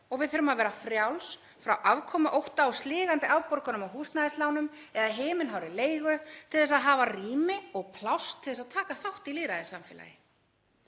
og við þurfum að vera frjáls frá afkomuótta og sligandi afborgunum af húsnæðislánum eða himinhárri leigu til að hafa rými og pláss til að taka þátt í lýðræðissamfélagi.